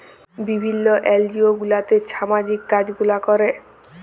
বিভিল্ল্য এলজিও গুলাতে ছামাজিক কাজ গুলা ক্যরে